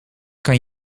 kan